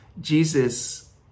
Jesus